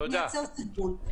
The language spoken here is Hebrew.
הוא מייצר סרבול.